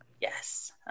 Yes